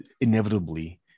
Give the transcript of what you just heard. inevitably